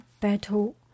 battle